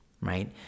right